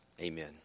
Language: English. Amen